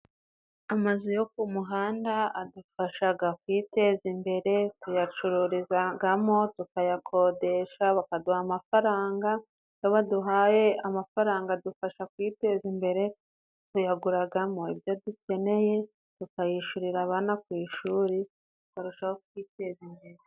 Amazu yo ku muhanda adufashaga kwiteza imbere, tuyacururizagamo, tukayakodesha, bakaduha amafaranga, iyo baduhaye amafaranga, adufasha kwiteza imbere, tuyaguragamo ibyo dukeneye, tukayishurira abana ku ishuri, tukarushaho kwiteza imbere.